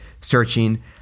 searching